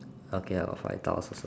okay ah I got five tiles also